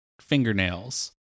fingernails